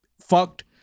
fucked